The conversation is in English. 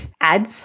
ads